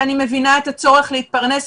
ואני מבינה את הצורך להתפרנס,